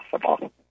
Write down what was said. possible